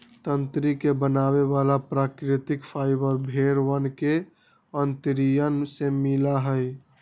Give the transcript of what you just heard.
तंत्री के बनावे वाला प्राकृतिक फाइबर भेड़ वन के अंतड़ियन से मिला हई